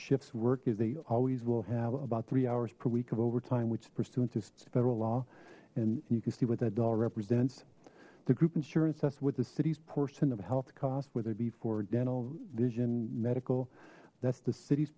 shifts work is they always will have about three hours per week of over time which pursuant is federal law and you can see what that dollar represents the group insurance that's with the city's portion of health cost whether it be for dental vision medical that's the city's